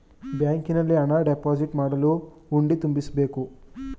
ಬ್ಯಾಂಕಿನಲ್ಲಿ ಹಣ ಡೆಪೋಸಿಟ್ ಮಾಡಲು ಹುಂಡಿ ತುಂಬಿಸಬೇಕು